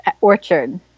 Orchard